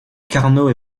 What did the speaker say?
carnot